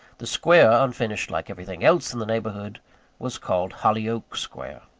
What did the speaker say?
the square unfinished like everything else in the neighbourhood was called hollyoake square.